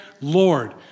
Lord